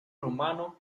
romano